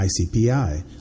ICPI